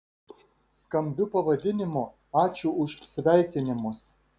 skambiu pavadinimu ačiū už sveikinimus